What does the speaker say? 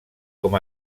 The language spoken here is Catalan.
com